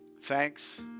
Thanks